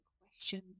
question